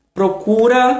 procura